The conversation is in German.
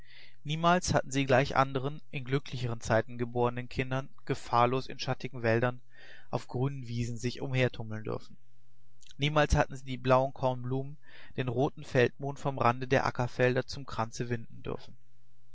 niemals hatten sie gleich andern in glücklicheren zeiten geborenen kindern gefahrlos in schattigen wäldern auf grünen wiesen sich umhertummeln dürfen niemals hatten sie die blauen kornblumen den roten feldmohn vom rande der ackerfelder zum kranze winden dürfen